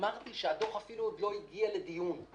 אמרתי שהדוח אפילו עוד לא הגיע לדיון.